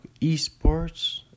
esports